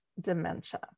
dementia